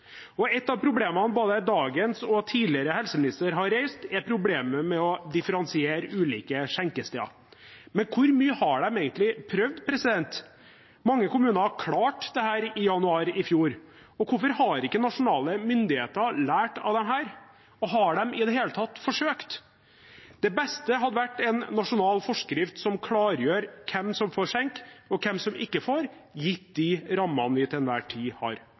Et av problemene både dagens og tidligere helseminister har reist, er problemet med å differensiere ulike skjenkesteder. Men hvor mye har de egentlig prøvd? Mange kommuner klarte dette i januar i fjor. Hvorfor har ikke nasjonale myndigheter lært av det? Har de i det hele tatt forsøkt? Det beste hadde vært en nasjonal forskrift som klargjør hvem som får skjenke, og hvem som ikke får, gitt de rammene vi til enhver tid har.